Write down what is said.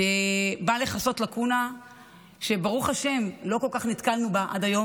שבא לכסות לקונה שברוך השם לא כל כך נתקלנו בה עד היום,